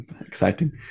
Exciting